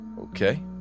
Okay